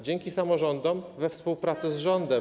Dzięki samorządom we współpracy z rządem.